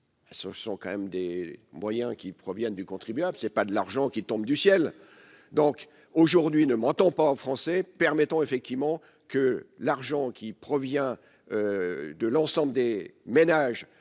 ce sont quand même des moyens qui proviennent du contribuable, c'est pas de l'argent qui tombe du ciel donc aujourd'hui ne m'mentons pas français permettant effectivement que l'argent qui provient de l'ensemble des ménages,